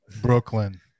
Brooklyn